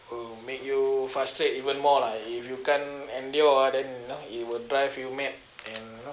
will make you frustrate even more lah if you can't endure ah then you know it will drive you mad and you know